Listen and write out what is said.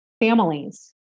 families